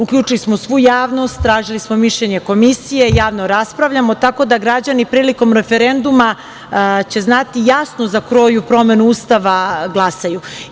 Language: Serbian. Uključili smo svu javnost, tražili smo mišljenje komisije, javno raspravljamo, tako da građani prilikom referenduma će znati jasno za koju promenu Ustava glasaju.